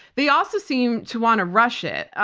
they also seem to want to rush it.